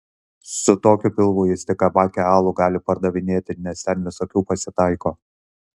su tokiu pilvu jis tik kabake alų gali pardavinėti nes ten visokių pasitaiko